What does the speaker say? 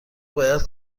باید